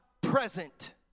present